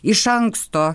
iš anksto